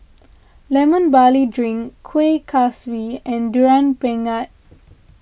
Lemon Barley Drink Kuih Kaswi and Durian Pengat